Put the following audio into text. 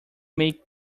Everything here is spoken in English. make